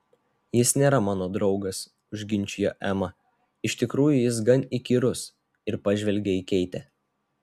jis nėra mano draugas užginčijo ema iš tikrųjų jis gan įkyrus ir pažvelgė į keitę